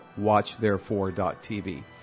watchtherefore.tv